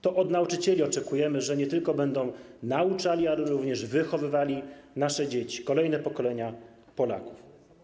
To od nauczycieli oczekujemy, że będą nie tylko nauczali, ale również wychowywali nasze dzieci, kolejne pokolenia Polaków.